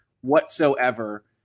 whatsoever